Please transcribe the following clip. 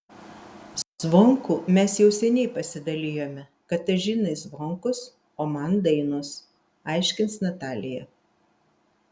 zvonkų mes jau seniai pasidalijome katažinai zvonkus o man dainos aiškins natalija